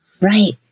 Right